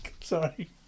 Sorry